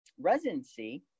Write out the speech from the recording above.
residency